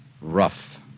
Rough